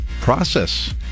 process